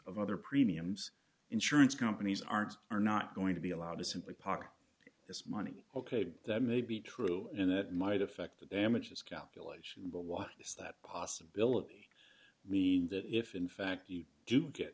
of other premiums insurance companies aren't are not going to be allowed to simply pocket this money ok that may be true and that might affect the damages calculation but why is that a possibility we that if in fact we do get